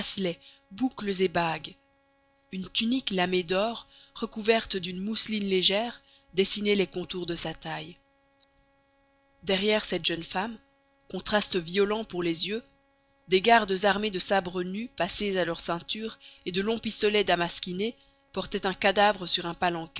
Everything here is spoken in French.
boucles et bagues une tunique lamée d'or recouverte d'une mousseline légère dessinait les contours de sa taille derrière cette jeune femme contraste violent pour les yeux des gardes armés de sabres nus passés à leur ceinture et de longs pistolets damasquinés portaient un cadavre sur un